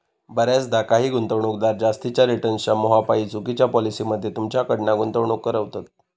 बऱ्याचदा काही गुंतवणूकदार जास्तीच्या रिटर्न्सच्या मोहापायी चुकिच्या पॉलिसी मध्ये तुमच्याकडना गुंतवणूक करवतत